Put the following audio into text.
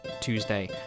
Tuesday